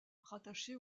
rattachées